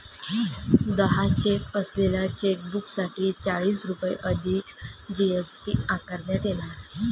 दहा चेक असलेल्या चेकबुकसाठी चाळीस रुपये अधिक जी.एस.टी आकारण्यात येणार